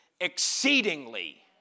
exceedingly